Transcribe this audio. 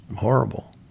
horrible